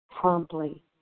promptly